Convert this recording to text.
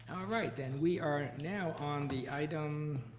right then, we are now on the item